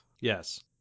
Yes